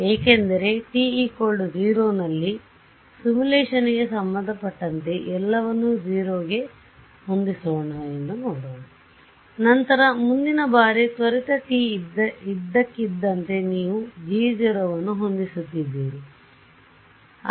ಏಕೆಂದರೆ t 0 ನಲ್ಲಿ ಸಿಮ್ಯುಲೇಶನ್ಗೆ ಸಂಬಂಧಪಟ್ಟಂತೆ ಎಲ್ಲವನ್ನೂ 0 ಗೆ ಹೊಂದಿಸೋಣ ಎಂದು ನೋಡೋಣ ನಂತರ ಮುಂದಿನ ಬಾರಿ ತ್ವರಿತ ಟಿ ಇದ್ದಕ್ಕಿದ್ದಂತೆ ನೀವು gಅನ್ನು ಹೊಂದಿಸುತ್ತಿದ್ದೀರಿ ಆದ್ದರಿಂದ ಹೆಚ್ಚು